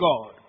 God